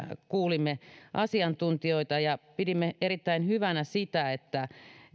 kuulimme asiantuntijoita ja pidimme erittäin hyvänä sitä että